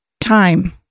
time